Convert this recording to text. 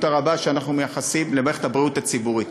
הרבה שאנחנו מייחסים למערכת הבריאות הציבורית.